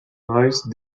nice